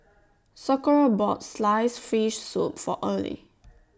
Socorro bought Sliced Fish Soup For Early